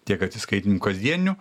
tiek atsiskaitymų kasdieninių